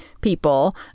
people